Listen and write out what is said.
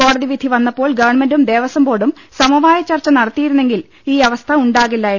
കോടതി വിധി വന്നപ്പോൾ ഗവൺമെന്റും ദേവസ്വം ബോർഡും സമവായ ചർച്ച നടത്തിയിരുന്നെങ്കിൽ ഈ അവസ്ഥ ഉണ്ടാകില്ലായിരുന്നു